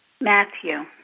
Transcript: Matthew